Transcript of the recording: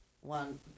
one